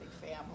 family